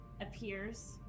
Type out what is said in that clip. appears